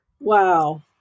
Wow